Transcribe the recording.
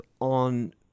on